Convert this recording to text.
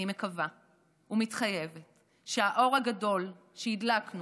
אני מקווה ומתחייבת שהאור הגדול שהדלקנו